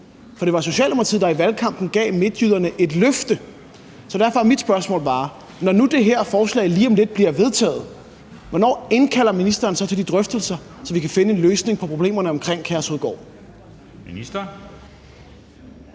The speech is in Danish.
for det var Socialdemokratiet, der i valgkampen gav midtjyderne et løfte. Derfor er mit spørgsmål bare: Når nu det her forslag lige om lidt bliver vedtaget, hvornår indkalder ministeren så til de drøftelser, så vi kan finde en løsning på problemerne omkring Kærshovedgård? Kl.